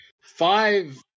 five